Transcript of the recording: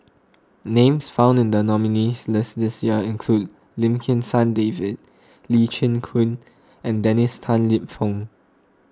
names found in the nominees' list this year include Lim Kim San David Lee Chin Koon and Dennis Tan Lip Fong